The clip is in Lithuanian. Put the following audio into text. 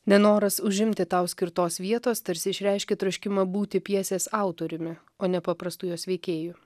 nenoras užimti tau skirtos vietos tarsi išreiškia troškimą būti pjesės autoriumi o ne paprastu jos veikėju